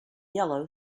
yellow